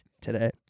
today